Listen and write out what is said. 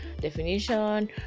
definition